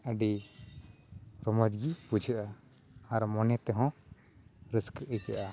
ᱟᱹᱰᱤ ᱨᱚᱢᱚᱡᱽ ᱜᱮ ᱵᱩᱡᱷᱟᱹᱜᱼᱟ ᱟᱨ ᱢᱚᱱᱮ ᱛᱮᱦᱚᱸ ᱨᱟᱹᱥᱠᱟᱹ ᱟᱹᱭᱠᱟᱹᱜᱼᱟ